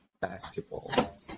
basketball